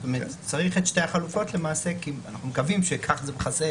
צריך את שתי החלופות כי אנחנו מקווים שכך זה מכסה